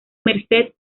merced